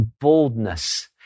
boldness